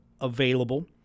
available